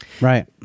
Right